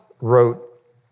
wrote